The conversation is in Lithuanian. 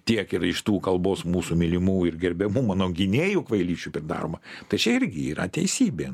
tiek ir iš tų kalbos mūsų mylimų ir gerbiamų mano gynėjų kvailysčių pridaroma tai čia irgi yra teisybė